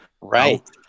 Right